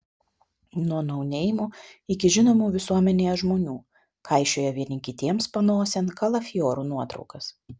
nuo nouneimų iki žinomų visuomenėje žmonių kaišioja vieni kitiems panosėn kalafiorų nuotraukas